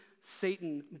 Satan